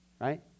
right